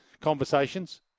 conversations